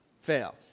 Fail